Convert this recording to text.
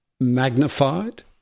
magnified